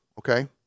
okay